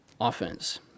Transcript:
offense